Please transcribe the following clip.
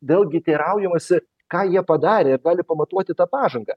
vėlgi teiraujamasi ką jie padarė ir gali pamatuoti tą pažangą